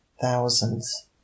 thousands